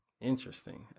Interesting